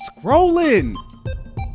Scrolling